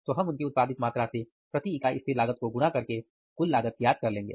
तो हम उनकी उत्पादित मात्रा से प्रति इकाई स्थिर लागत को गुणा करके कुल लागत ज्ञात कर लेंगे